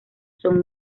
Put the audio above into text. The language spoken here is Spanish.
son